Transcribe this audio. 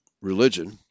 religion